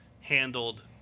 handled